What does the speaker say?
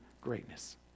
greatness